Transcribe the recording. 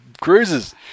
cruises